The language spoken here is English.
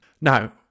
Now